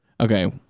Okay